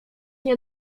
nie